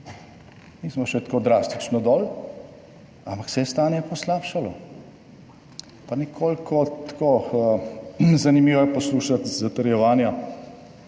Nismo še tako drastično dol, ampak se je stanje poslabšalo. Pa nekoliko tako, zanimivo je poslušati zatrjevanja,